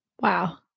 Wow